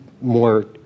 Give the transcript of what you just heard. more